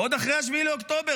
ועוד אחרי 7 באוקטובר,